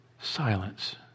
silence